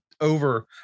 over